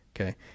okay